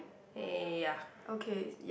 hey ya